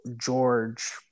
George